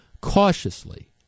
cautiously